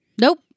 Nope